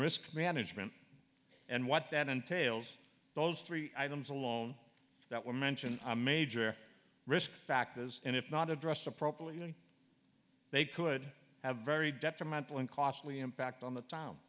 risk management and what that entails those three items alone that were mentioned a major risk factors and if not addressed appropriately they could have very detrimental and costly impact on the t